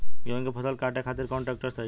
गेहूँ के फसल काटे खातिर कौन ट्रैक्टर सही ह?